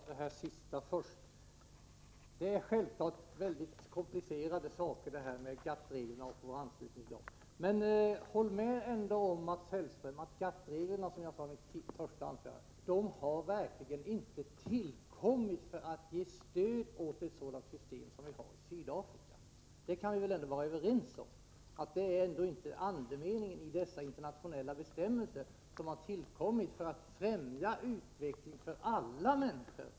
Herr talman! Jag tar upp det sista först. GATT-reglerna och vår anslutning till dem är självklart mycket komplicerade saker. Men håll ändå med om, Mats Hellström, att GATT-reglerna — som jag sade i mitt första anförande — verkligen inte har tillkommit för att ge stöd åt ett sådant system som det i Sydafrika. Vi kan väl vara överens om att det inte är andemeningen i dessa internationella bestämmelser, som har tillkommit för att främja utvecklingen för alla människor.